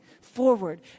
forward